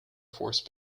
force